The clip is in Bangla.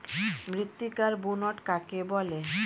মৃত্তিকার বুনট কাকে বলে?